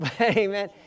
amen